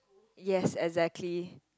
yes exactly